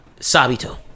Sabito